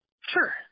Sure